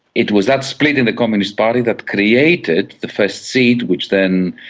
it was that split in the communist party that created the first seed which then,